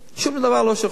שום דבר לא שחור,